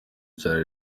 cyane